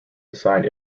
assigned